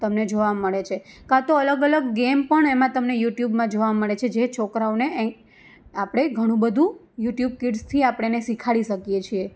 તમને જોવા મળે છે કાં તો અલગ અલગ ગેમ પણ એમાં તમને યુટ્યુબમાં જોવા મળે છે જે છોકરાંઓને એ આપણે ઘણું બધું યુટ્યુબ કિડ્સથી આપણે એને શીખવાડી શકીએ છીએ